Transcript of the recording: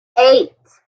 eight